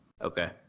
Okay